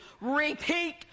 repeat